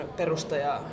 perustaja